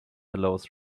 allows